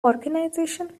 organization